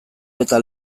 eta